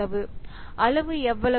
அளவு எவ்வளவு